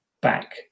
back